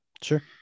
Sure